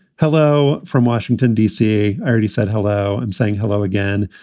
hello. from washington, d c. i already said hello. i'm saying hello again.